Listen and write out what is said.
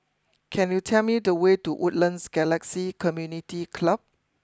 can you tell me the way to Woodlands Galaxy Community Club